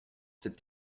cette